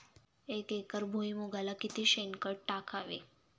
एक एकर भुईमुगाला किती शेणखत टाकावे?